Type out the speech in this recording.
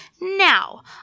Now